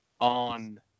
On